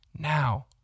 now